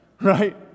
Right